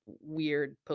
weird